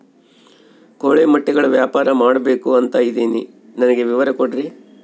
ಕೋಳಿ ಮೊಟ್ಟೆಗಳ ವ್ಯಾಪಾರ ಮಾಡ್ಬೇಕು ಅಂತ ಇದಿನಿ ನನಗೆ ವಿವರ ಕೊಡ್ರಿ?